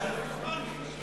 וגם שלא הפרענו.